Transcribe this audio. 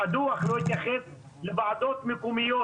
הדוח לא התייחס לוועדות מקומיות.